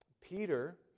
Peter